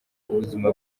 ubuzima